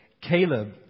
Caleb